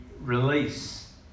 release